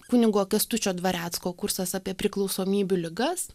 kunigo kęstučio dvarecko kursas apie priklausomybių ligas